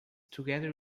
together